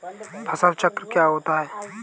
फसल चक्र क्या होता है?